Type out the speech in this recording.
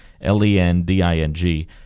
L-E-N-D-I-N-G